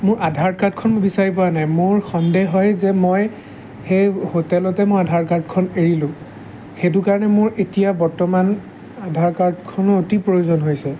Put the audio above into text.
মোৰ আধাৰ কাৰ্ডখন মই বিচাৰি পোৱা নাই মোৰ সন্দেহ হয় যে মই সেই হোটেলতে মই আধাৰ কাৰ্ডখন এৰিলো সেইটো কাৰণে মোৰ এতিয়া বৰ্তমান আধাৰ কাৰ্ডখনৰ অতি প্ৰয়োজন হৈছে